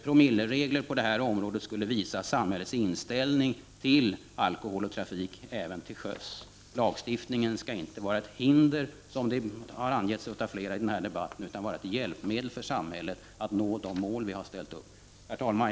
Promilleregler på det här området skulle visa samhällets inställning till alkohol och trafik även till sjöss. Lagstiftningen skall — som har angetts av flera talare i den här — Prot. 1989/90:36 debatten — inte vara ett hinder, utan ett hjälpmedel för samhället att nå de 30 november 1990 mål vi har ställt upp. Herr talman!